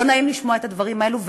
לא נעים לשמוע את הדברים האלו,